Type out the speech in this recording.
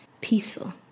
peaceful